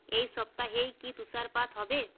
এই সপ্তাহেই কি তুষারপাত হবে